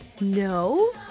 No